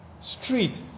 street